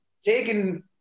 taking